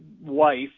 wife